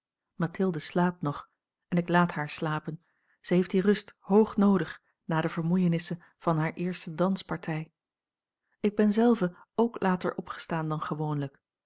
mathilde slaapt nog en ik laat haar slapen zij heeft die rust hoog noodig na de vermoeienissen van hare eerste danspartij ik ben zelve ook later opgestaan dan gewoonlijk